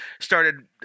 started